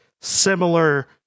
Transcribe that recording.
similar